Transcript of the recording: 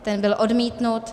Ten byl odmítnut.